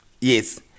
yes